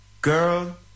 girl